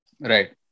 Right